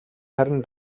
харин